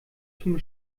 zum